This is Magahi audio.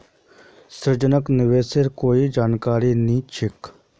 संजनाक निवेशेर कोई जानकारी नी छेक